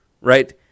right